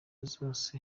zose